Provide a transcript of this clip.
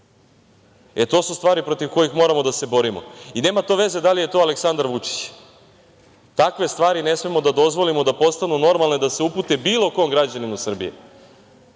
E, to su stvari protiv kojih moramo da se borimo. Nema veze da li je to Aleksandar Vučić, takve stvari ne smemo da dozvolimo da postanu normalne i da se upute bilo kom građaninu Srbije.